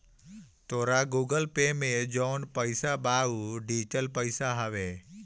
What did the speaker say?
तोहरी Google Pay में जवन पईसा बा उ डिजिटल पईसा हवे